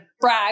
brag